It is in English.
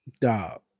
Dog